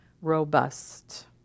robust